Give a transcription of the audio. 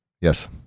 Yes